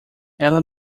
ela